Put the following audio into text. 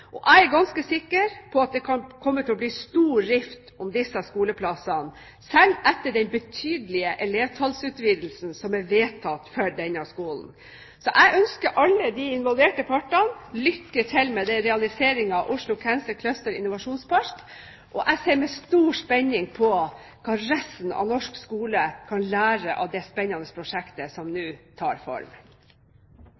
og jeg er ganske sikker på at det kan komme til å bli stor rift om disse skoleplassene, selv etter den betydelige elevtallsutvidelsen som er vedtatt for denne skolen. Så jeg ønsker alle de involverte partene lykke til med realiseringen av Oslo Cancer Cluster Innovasjonspark, og jeg ser med stor spenning fram til hva resten av norsk skole kan lære av det spennende prosjektet som nå